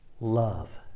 Love